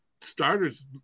starters